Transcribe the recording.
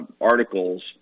articles